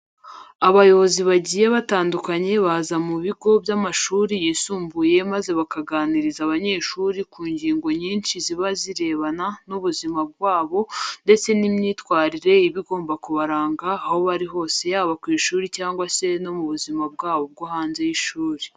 Abayobozi bagiye batandukanye baza mu bigo by'amashuri yisumbuye maze bakaganiriza abanyeshuri ku ngingo nyinshi ziba zirebana n'ubuzima wabo ndetse n'imyitwarire iba igomba kubaranga aho bari hose yaba ku ishuri cyangwa se no mu buzima bwabo bwo hanze y'ishuri.